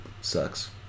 Sucks